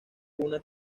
una